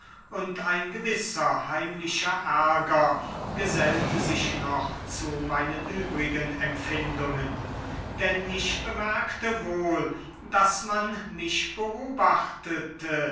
und ein gewisser heimlicher ärger gesellte sich noch zu meinen übrigen empfindungen denn ich bemerkte wohl daß man mich beobachtete